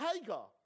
Hagar